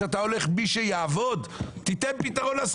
מי שעובד - יקבל.